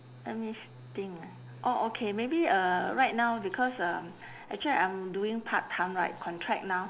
let me s~ think ah orh okay maybe uh right now because uh actually I'm doing part time right contract now